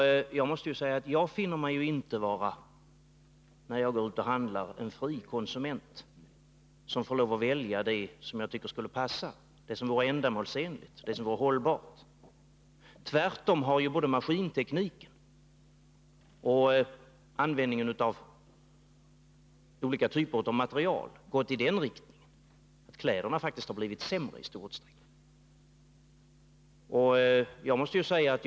Jag måste säga att jag finner mig inte vara, när jag går ut och handlar, en fri konsument som får lov att välja det som jag tycker skulle passa, det som vore ändamålsenligt, det som vore hållbart. Tvärtom har både maskintekniken och användningen av olika material gått i den riktningen att kläderna faktiskt har blivit sämre, i stort sett.